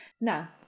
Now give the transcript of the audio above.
Now